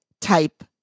type